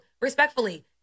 respectfully